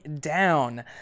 down